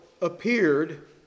appeared